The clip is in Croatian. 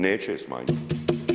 Neće je smanjiti.